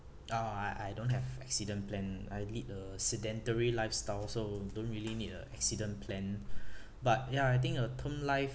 uh I I don't have accident plan I lead a sedentary lifestyle so don't really need a accident plan but ya I think a term life